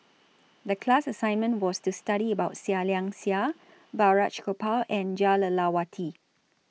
The class assignment was to study about Seah Liang Seah Balraj Gopal and Jah Lelawati